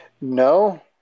No